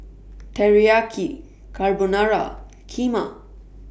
Teriyaki Carbonara Kheema